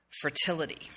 fertility